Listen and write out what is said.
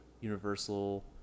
Universal